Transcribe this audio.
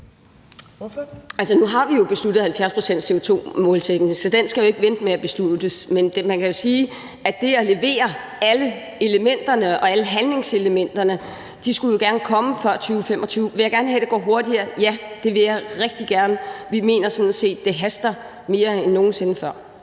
vi jo besluttet 70-procentsmålsætningen for CO2, så den skal vi jo ikke vente med at beslutte. Men man kan jo sige med hensyn til at levere alle elementerne, alle handlingselementerne, at de gerne skulle komme før 2025. Vil jeg gerne have, at det går hurtigere? Ja, det vil jeg rigtig gerne. Vi mener sådan set, at det haster mere end nogen sinde før.